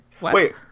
Wait